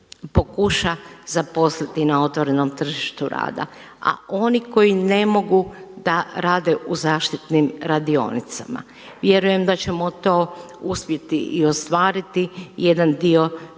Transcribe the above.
pokuša zaposliti na otvorenom tržištu rada a oni koji ne mogu da rade u zaštitnim radionicama. Vjerujem da ćemo to uspjeti i ostvariti i jedan dio toga